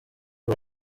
you